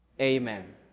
Amen